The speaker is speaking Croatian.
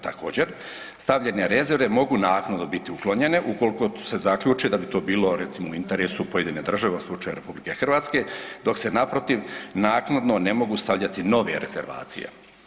Također, stavljene rezerve mogu naknado biti uklonjene ukoliko se zaključi da bi to bilo recimo u interesu pojedine države u slučaju RH dok se naprotiv naknadno ne mogu stavljati nove rezervacije.